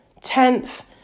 Tenth